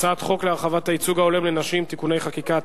הצעת חוק להרחבת הייצוג ההולם לנשים (תיקוני חקיקה),